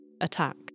attack